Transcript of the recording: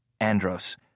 Andros